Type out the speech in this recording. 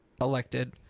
elected